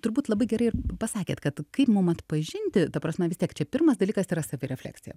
turbūt labai gerai ir pasakėt kad kaip mum atpažinti ta prasme vis tiek čia pirmas dalykas yra savirefleksija